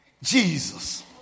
Jesus